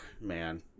man